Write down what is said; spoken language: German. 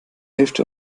hälfte